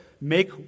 make